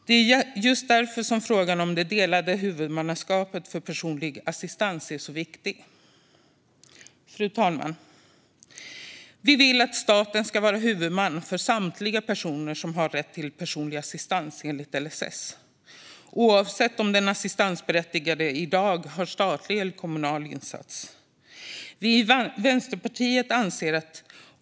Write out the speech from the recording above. Det är just därför som frågan om det delade huvudmannaskapet för personlig assistans är så viktig. Fru talman! Vi vill att staten ska vara huvudman för samtliga personer som har rätt till personlig assistans enligt LSS, oavsett om den assistansberättigade i dag har statlig eller kommunal insats.